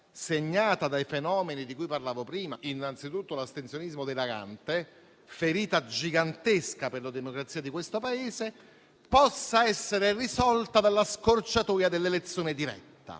segnata dai fenomeni di cui parlavo prima, innanzitutto l'astensionismo dilagante, ferita gigantesca per la democrazia di questo Paese, possa essere risolta dalla scorciatoia dell'elezione diretta.